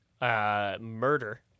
murder